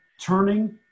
turning